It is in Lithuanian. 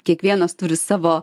kiekvienas turi savo